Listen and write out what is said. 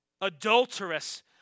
adulterous